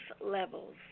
levels